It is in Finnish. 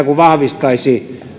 kuin vahvistaisi